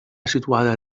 situada